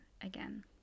again